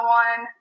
one